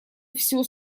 все